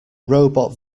robot